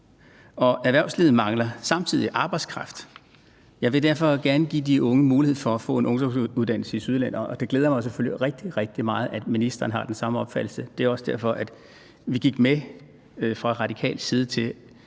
erhvervslivet samtidig mangler arbejdskraft. Jeg vil derfor gerne give de unge mulighed for at få en ungdomsuddannelse i Sydjylland, og det glæder mig selvfølgelig rigtig, rigtig meget, at ministeren har den samme opfattelse. Det er også derfor, vi gik med fra radikal side til